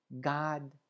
God